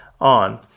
on